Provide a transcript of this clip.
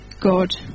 God